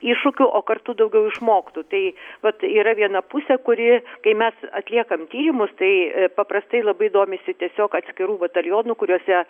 iššūkių o kartu daugiau išmoktų tai vat yra viena pusė kuri kai mes atliekam tyrimus tai paprastai labai domisi tiesiog atskirų batalionų kuriuose